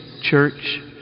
church